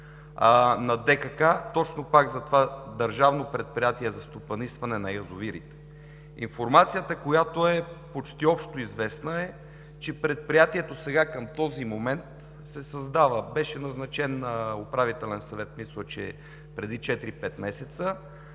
на ДКК – точно пак за това Държавно предприятие за стопанисване на язовирите? Информацията, която е почти общоизвестна, е, че предприятието сега, към този момент се създава – беше назначен Управителен съвет, мисля, че преди четири-пет месеца,